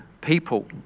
people